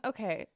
Okay